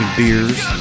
Beers